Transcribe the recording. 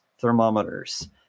thermometers